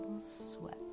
Sweat